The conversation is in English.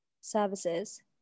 services